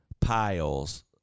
piles